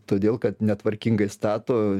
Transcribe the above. todėl kad netvarkingai stato